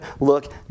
look